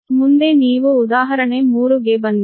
ಮುಂದೆ ನೀವು ಉದಾಹರಣೆ 3 ಗೆ ಬನ್ನಿ